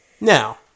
Now